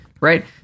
right